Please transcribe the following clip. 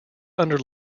under